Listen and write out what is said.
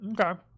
Okay